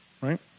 right